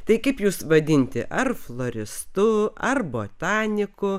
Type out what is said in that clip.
tai kaip jus vadinti ar floristu ar botaniku